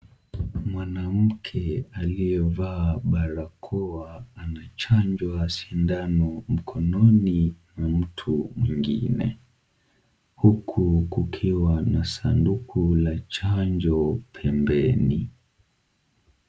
Mwanamke aliyevaa barakoa anachanjwa sindano mkononi na mtu mwingine, huku kukiwa na sanduku la chanjo pembeni.